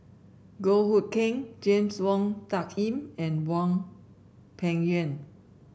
Goh Hood Keng James Wong Tuck Yim and Hwang Peng Yuan